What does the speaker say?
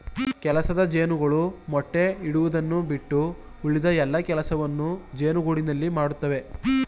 ಕೆಲಸದ ಜೇನುಗಳು ಮೊಟ್ಟೆ ಇಡುವುದನ್ನು ಬಿಟ್ಟು ಉಳಿದ ಎಲ್ಲಾ ಕೆಲಸಗಳನ್ನು ಜೇನುಗೂಡಿನಲ್ಲಿ ಮಾಡತ್ತವೆ